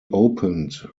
opened